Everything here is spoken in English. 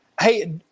Hey